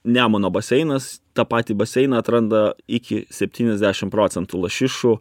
nemuno baseinas tą patį baseiną atranda iki septyniasdešim procentų lašišų